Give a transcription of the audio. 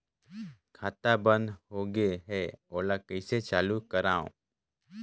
खाता बन्द होगे है ओला कइसे चालू करवाओ?